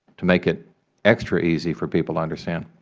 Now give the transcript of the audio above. to make it extra easy for people to understand.